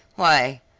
why,